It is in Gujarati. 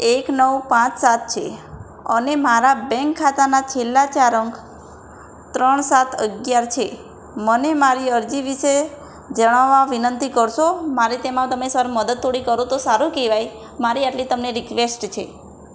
એક નવ પાંચ સાત છે અને મારા બેન્ક ખાતાના છેલ્લા ચાર અંક ત્રણ સાત અગિયાર છે મને મારી અરજી વિશે જણાવવા વિનંતી કરશો મારે તેમાં તમે સર મદદ થોડી કરો તો સારું કહેવાય મારી આટલી તમને રિક્વેસ્ટ છે